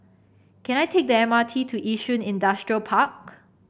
can I take the M R T to Yishun Industrial Park